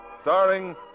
starring